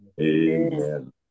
Amen